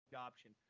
option